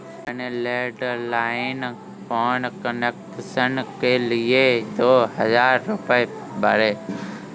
मैंने landline phone connection के लिए दो हजार रुपए भरे